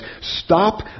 stop